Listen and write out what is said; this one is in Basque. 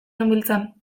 genbiltzan